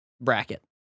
bracket